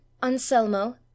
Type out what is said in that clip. anselmo